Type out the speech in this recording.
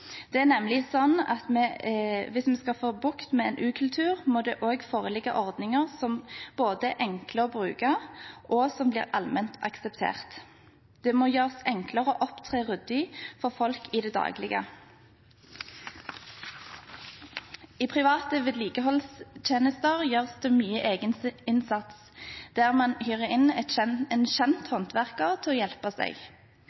Det er nemlig sånn at hvis vi skal få bukt med en ukultur, må det også foreligge ordninger som både er enkle å bruke, og som blir allment akseptert. Det må gjøres enklere å opptre ryddig for folk i det daglige. I private vedlikeholdstjenester gjøres det mye egeninnsats, der man hyrer inn en kjent håndverker til å hjelpe seg.